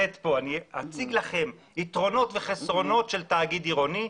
אציג לכם יתרונות וחסרונות של תאגיד עירוני,